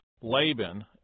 Laban